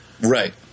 Right